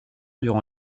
durant